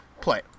play